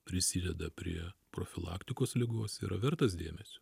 prisideda prie profilaktikos ligos yra vertas dėmesio